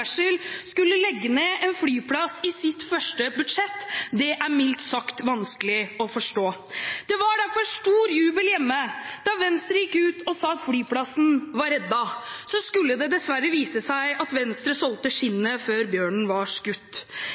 skulle legge ned en flyplass i sitt første budsjett, er mildt sagt vanskelig å forstå. Det var derfor stor jubel hjemme da Venstre gikk ut og sa at flyplassen var reddet, men så skulle det dessverre vise seg at Venstre solgte skinnet før bjørnen var skutt.